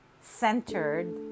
centered